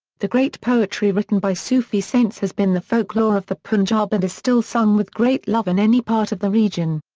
the great poetry written by sufi saints has been the folklore of the punjab and is still sung with great love in any part of the region.